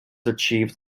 achieved